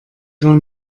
gar